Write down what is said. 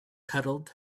cuddled